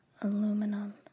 aluminum